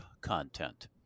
content